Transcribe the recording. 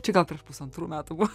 čia gal prieš pusantrų metų buvo